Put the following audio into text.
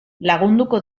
lagunduko